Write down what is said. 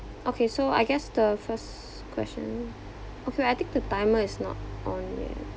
okay so I guess the first question okay I think the timer is not on yet